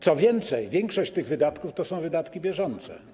Co więcej, większość tych wydatków to są wydatki bieżące.